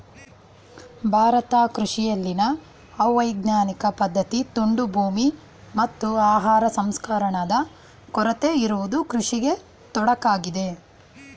ಭಾರತ ಕೃಷಿಯಲ್ಲಿನ ಅವೈಜ್ಞಾನಿಕ ಪದ್ಧತಿ, ತುಂಡು ಭೂಮಿ, ಮತ್ತು ಆಹಾರ ಸಂಸ್ಕರಣಾದ ಕೊರತೆ ಇರುವುದು ಕೃಷಿಗೆ ತೊಡಕಾಗಿದೆ